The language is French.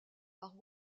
par